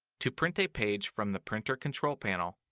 to print a page from the printer control panel,